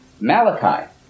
Malachi